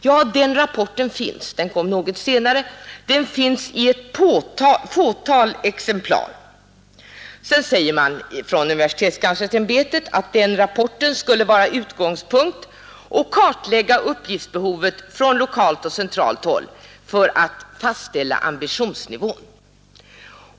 Ja, den rapporten finns — den kom något senare — men endast i ett fåtal exemplar. Universitetskanslersämbetet framhåller att den här rapporten skall vara utgångspunkten när det gäller att kartlägga uppgiftsbehovet från lokalt och centralt håll i syfte att fastställa ambitionsnivån.